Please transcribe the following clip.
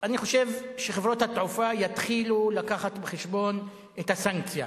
אני חושב שחברות התעופה יתחילו להביא בחשבון את הסנקציה.